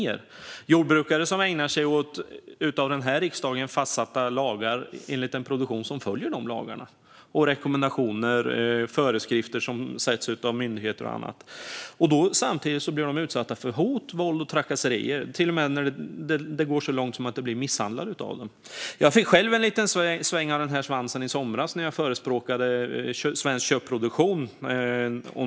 Det är jordbrukare som ägnar sig åt en produktion som följer lagar som har slagits fast av riksdagen och rekommendationer och föreskrifter som har satts av myndigheter och andra. Samtidigt blir de utsatta för hot, våld och trakasserier. Det kan till och med gå så långt att de blir misshandlade. Jag fick själv en släng av detta i somras när jag förespråkade svensk köttproduktion.